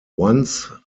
once